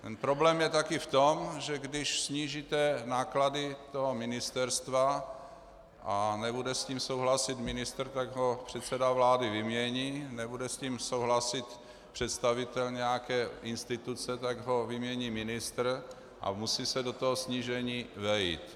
Ten problém je taky v tom, že když snížíte náklady ministerstva a nebude s tím souhlasit ministr, tak ho předseda vlády vymění, nebude s tím souhlasit představitel nějaké instituce, tak ho vymění ministr, a musí se do toho snížení vejít.